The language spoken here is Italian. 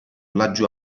laggiù